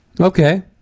Okay